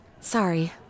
Sorry